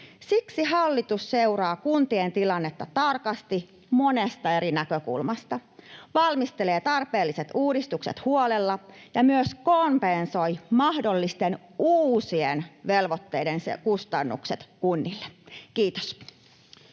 Siksi hallitus seuraa kuntien tilannetta tarkasti monesta eri näkökulmasta, valmistelee tarpeelliset uudistukset huolella ja myös kompensoi mahdollisten uusien velvoitteiden kustannukset kunnille. — Kiitos.